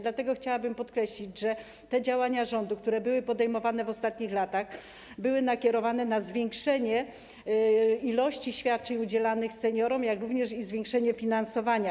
Dlatego chciałabym podkreślić, że te działania rządu, które były podejmowane w ostatnich latach, były nakierowane na zwiększenie liczby świadczeń udzielanych seniorom, jak również na zwiększenie finansowania.